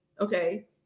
Okay